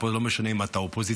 ולא משנה אם אתה אופוזיציה,